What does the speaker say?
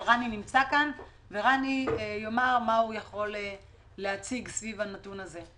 אבל רני נמצא כאן והוא יאמר מה הוא יכול להציג סביב הנתון הזה.